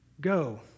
Go